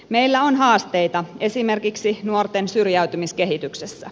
meillä on haasteita esimerkiksi nuorten syrjäytymiskehityksessä